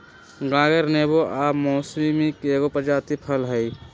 गागर नेबो आ मौसमिके एगो प्रजाति फल हइ